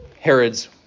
Herod's